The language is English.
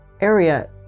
area